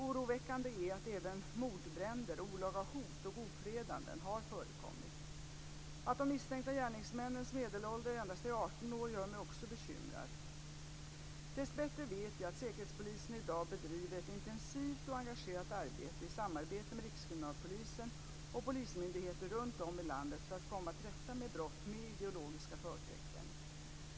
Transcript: Oroväckande är att även mordbränder och olaga hot och ofredanden har förekommit. Att de misstänkta gärningsmännens medelålder endast är 18 år gör mig också bekymrad. Dessbättre vet jag att säkerhetspolisen i dag bedriver ett intensivt och engagerat arbete i samarbete med Rikskriminalpolisen och polismyndigheter runt om i landet för att komma till rätta med brott med ideologiska förtecken.